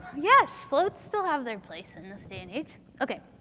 yes. floats still have their place in this day and age. okay.